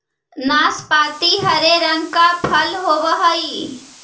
नाशपाती हरे रंग का फल होवअ हई